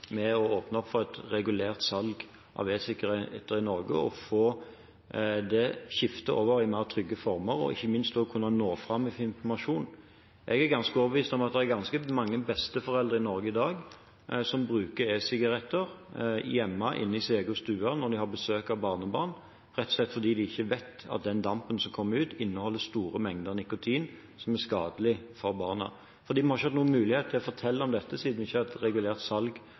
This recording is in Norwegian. å åpne opp for et regulert salg av e-sigaretter i Norge og å få det skiftet over i tryggere former og ikke minst kunne nå fram med informasjon. Jeg er ganske overbevist om at det er ganske mange besteforeldre i Norge i dag som bruker e-sigaretter hjemme i sin egen stue når de har besøk av barnebarn, rett og slett fordi de ikke vet at den dampen som kommer ut, inneholder store mengder nikotin som er skadelig for barna, for vi har ikke hatt noen mulighet til å fortelle om dette siden det ikke har vært regulert salg av det. Jeg tror at det å få et regulert salg